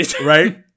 Right